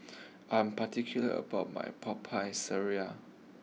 I am particular about my Popiah Sayur